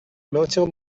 maintiens